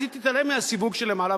אז היא תתעלם מהסיווג שלמעלה,